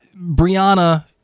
Brianna